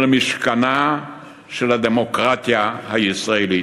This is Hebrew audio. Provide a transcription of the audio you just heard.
אל משכנה של הדמוקרטיה הישראלית.